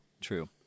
True